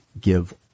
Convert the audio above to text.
give